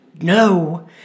No